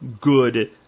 good